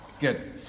Good